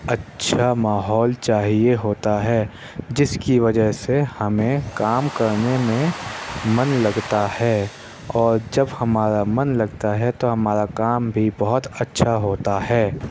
اچھا ماحول چاہیے ہوتا ہے جس کی وجہ سے ہمیں کام کرنے میں مَن لگتا ہے اور جب ہمارا مَن لگتا ہے تو ہمارا کام بھی بہت اچھا ہوتا ہے